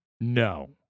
No